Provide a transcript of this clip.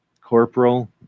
corporal